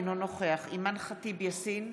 אינו נוכח אימאן ח'טיב יאסין,